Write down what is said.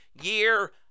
year